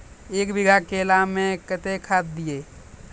एक बीघा केला मैं कत्तेक खाद दिये?